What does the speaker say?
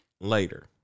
later